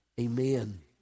Amen